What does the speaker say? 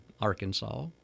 Arkansas